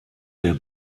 der